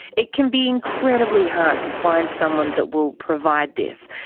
it can be incredibly hard to find somewhere that will provide this.